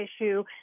issue